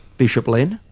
bishop len?